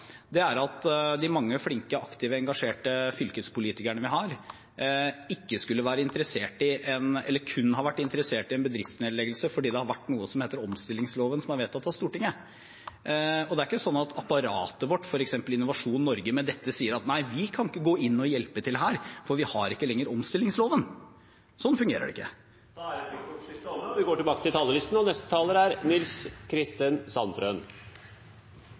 eller kun har vært interessert i, en bedriftsnedleggelse fordi det har vært noe som heter omstillingsloven som er vedtatt av Stortinget. Det er ikke sånn at apparatet vårt, f.eks. Innovasjon Norge, med dette sier at de ikke kan gå inn i og hjelpe til her, fordi de ikke lenger har omstillingsloven. Sånn fungerer det ikke. Replikkordskiftet er omme. Omstillingsloven bidrar til å opprettholde og skape lønnsomme arbeidsplasser. Den har effekt. I høringssvarene fra Innlandet og – spesielt interessant – Elverum kommune kan man se litt på historikken, hvis man er